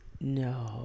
No